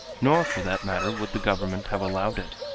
nor for that matter would the government have allowed it.